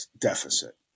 deficit